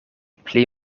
pli